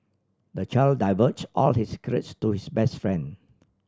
the child divulged all his secrets to his best friend